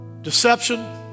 deception